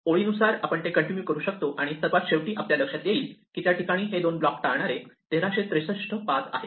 ओळीनुसार आपण ते कंटिन्यू करू शकतो आणि सर्वात शेवटी आपल्या लक्षात येईल की त्या ठिकाणी हे दोन ब्लॉक टाळणारे 1363 पाथ आहेत